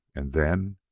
and then.